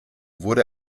wurde